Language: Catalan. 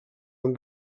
amb